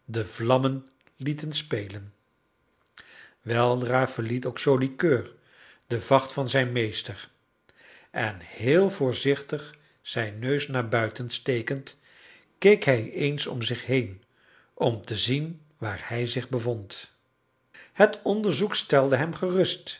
de vlammen lieten spelen weldra verliet ook joli coeur de vacht van zijn meester en heel voorzichtig zijn neus naar buiten stekend keek hij eens om zich heen om te zien waar hij zich bevond het onderzoek stelde hem gerust